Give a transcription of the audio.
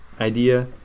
idea